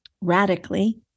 radically